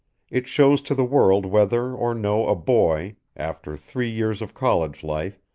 it shows to the world whether or no a boy, after three years of college life,